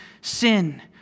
sin